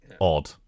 odd